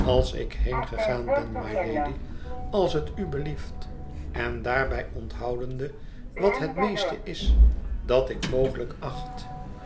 als ik heengegaan ben mylady als het u belieft en daarbij onthoudende wat het meeste is dat ik mogelijk acht